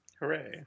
hooray